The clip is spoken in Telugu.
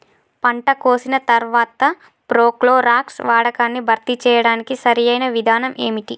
పంట కోసిన తర్వాత ప్రోక్లోరాక్స్ వాడకాన్ని భర్తీ చేయడానికి సరియైన విధానం ఏమిటి?